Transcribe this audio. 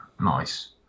nice